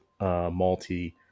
malty